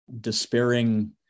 despairing